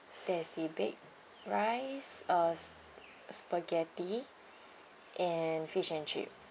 there's the baked rice uh spaghetti and fish and chip